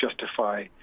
justify